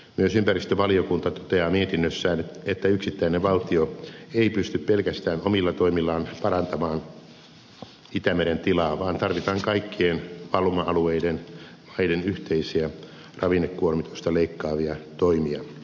myös ympäristövaliokunta toteaa mietinnössään että yksittäinen valtio ei pysty pelkästään omilla toimillaan parantamaan itämeren tilaa vaan tarvitaan kaikkien valuma alueiden maiden yhteisiä ravinnekuormitusta leikkaavia toimia